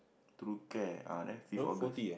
True Care ah there fifth August